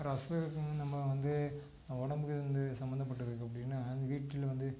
ரசம் வைக்க நம்ம வந்து உடம்புக்கு வந்து சம்மந்தப்பட்டதுக்கு அப்படின்னா இந்த வீட்டில் வந்து